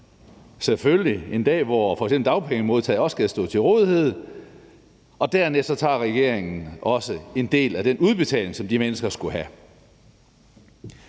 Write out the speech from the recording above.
selvfølgelig en dag, hvor f.eks. dagpengemodtagere også skal stå til rådighed, og dernæst tager regeringen også en del af den udbetaling, som de mennesker skulle have.